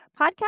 Podcast